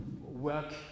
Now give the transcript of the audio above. work